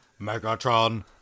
Megatron